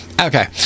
Okay